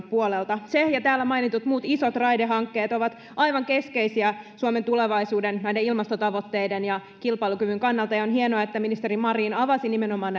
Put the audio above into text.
puolelta se ja täällä mainitut muut isot raidehankkeet ovat aivan keskeisiä suomen tulevaisuuden ilmastotavoitteiden ja kilpailukyvyn kannalta on hienoa että ministeri marin avasi nimenomaan